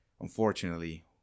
Unfortunately